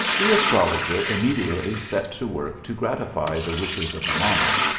the astrologer immediately set to work to gratify the wishes of the monarch,